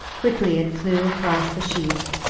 quickly it flew across the sheet,